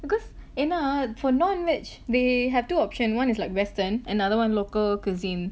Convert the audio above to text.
because ஏனா:yaenaa for non veg they have two option one is like western another one local cuisine